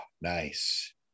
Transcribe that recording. Nice